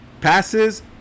passes